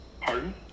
Pardon